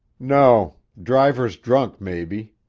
no driver's drunk, maybe,